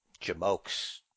Jamokes